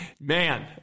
man